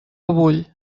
vull